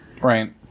Right